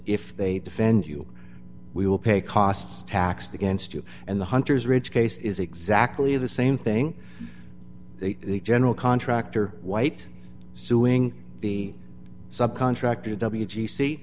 if they defend you we will pay costs tax against you and the hunter's rich case is exactly the same thing the general contractor white suing the sub contractor w